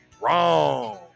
Wrong